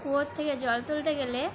কুয়োর থেকে জল তুলতে গেলে